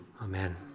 Amen